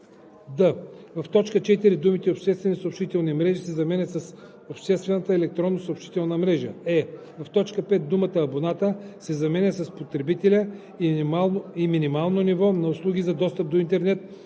д) в т. 4 думите „обществени съобщителни мрежи“ се заменят с „обществената електронна съобщителна мрежа“; е) в т. 5 думата „абоната“ се заменя с „потребителя“, и минимално ниво на услуги за достъп до интернет,